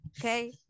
okay